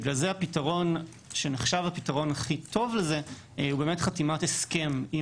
בגלל זה הפתרון שנחשב לפתרון הכי טוב הוא חתימת הסכם היא